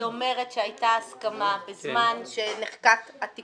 היא אומרת שהיתה הסכמה בזמן שנחקק התיקון